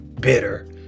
bitter